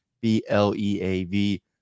B-L-E-A-V